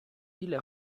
ile